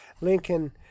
Lincoln